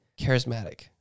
charismatic